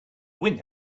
went